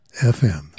FM